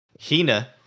Hina